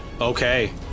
Okay